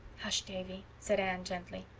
hush, davy, said anne gently.